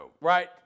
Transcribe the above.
right